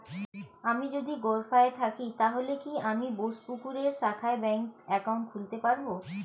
আমি যদি গরফায়ে থাকি তাহলে কি আমি বোসপুকুরের শাখায় ব্যঙ্ক একাউন্ট খুলতে পারবো?